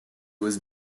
was